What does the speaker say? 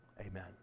Amen